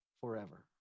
forever